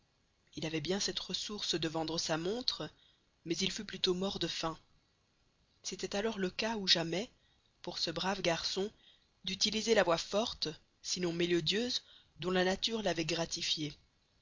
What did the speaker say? il avait bien cette ressource de vendre sa montre mais il fût plutôt mort de faim c'était alors le cas ou jamais pour ce brave garçon d'utiliser la voix forte sinon mélodieuse dont la nature l'avait gratifié